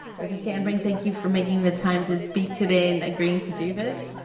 dr. sandbrink, thank you for making the time to speak today and agreeing to do this.